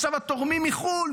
עכשיו התורמים מחו"ל,